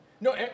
No